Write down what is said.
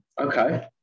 Okay